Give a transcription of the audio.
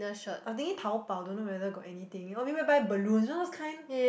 I thinking Taobao don't know whether got anything or maybe buy balloons you know those kind